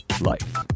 life